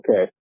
okay